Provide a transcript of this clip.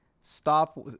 stop